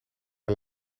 een